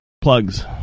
Plugs